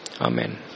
Amen